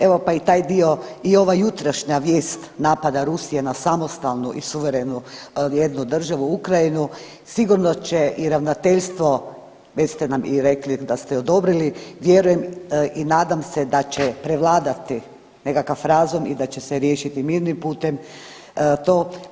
Evo pa i taj dio i ova jutrašnja vijest napada Rusije na samostalnu i suverenu državu Ukrajinu sigurno da će i ravnateljstvo već ste nam i rekli da ste odobrili vjerujem i nadam se da će prevladati nekakav razum i da će se riješiti mirnim putem to.